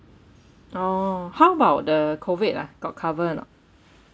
orh how about the COVID ah got cover or not